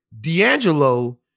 D'Angelo